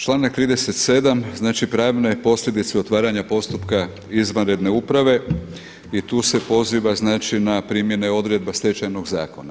Članak 37. znači pravne posljedice otvaranja postupka izvanredne uprave i tu se poziva na primjene odredba Stečajnog zakona.